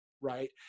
right